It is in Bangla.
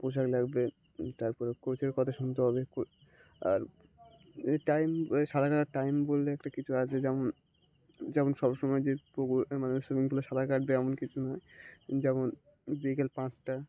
পোশাক লাগবে তারপরে কোচের কথা শুনতে হবে কো আর টাইম সাঁতার কাটার টাইম বললে একটা কিছু আছে যেমন যেমন সব সময় যে পকুর মানে সুইমিং পুলে সাঁতার কাটবে এমন কিছু নয় যেমন বিকেল পাঁচটা